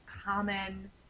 common